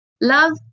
Love